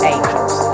Angels